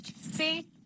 See